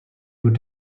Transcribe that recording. would